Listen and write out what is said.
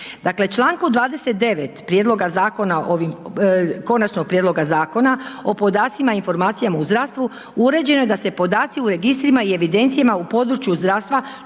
zakona ovim, Konačnog prijedloga Zakona o podacima i informacija u zdravstvu uređeno je da se podaci u registrima i evidencija u području zdravstva